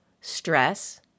stress